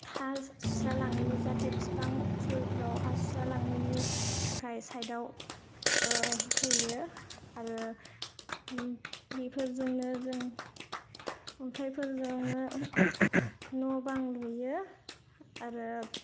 हा सुस्रालाङैनि जाथे बिफां फुलफोराव हा सुस्रालाङैनि थाखाय सायडाव होयो आरो बेफोरजोंनो जों अन्थायफोरजोंनो न' बां लुयो आरो